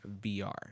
VR